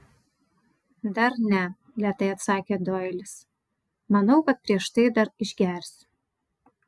dar ne lėtai atsakė doilis manau kad prieš tai dar išgersiu